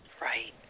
Right